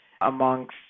amongst